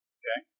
okay